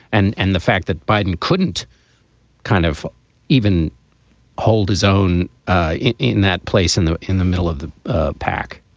and and the fact that biden couldn't kind of even hold his own ah in in that place and in the middle of the pack